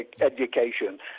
education